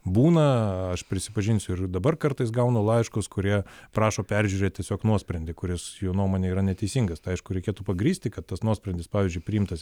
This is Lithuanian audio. būna aš prisipažinsiu ir dabar kartais gaunu laiškus kurie prašo peržiūrėt tiesiog nuosprendį kuris jo nuomone yra neteisingas tai aišku reikėtų pagrįsti kad tas nuosprendis pavyzdžiui priimtas